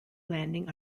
landing